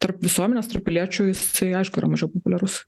tarp visuomenės ir piliečių jisai aišku yra mažiau populiarus